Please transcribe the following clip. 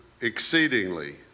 exceedingly